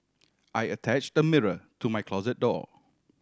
I attached a mirror to my closet door